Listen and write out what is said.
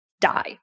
die